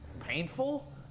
Painful